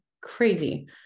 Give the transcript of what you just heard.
crazy